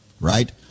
right